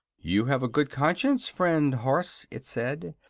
you have a good conscience, friend horse, it said,